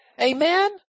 amen